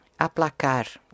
aplacar